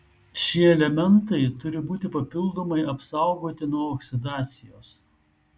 šie elementai turi būti papildomai apsaugoti nuo oksidacijos